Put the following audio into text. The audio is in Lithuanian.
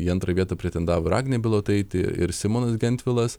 į antrą vietą pretendavo ir agnė bilotaitė ir simonas gentvilas